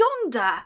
yonder